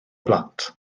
blant